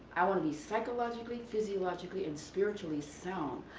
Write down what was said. i want to be psychologically, physiologically and spiritually sound.